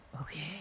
Okay